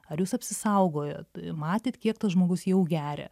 ar jūs apsisaugojot matėt kiek tas žmogus jau geria